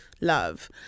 love